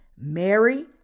Mary